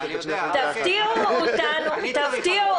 שלדעתי,